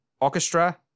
orchestra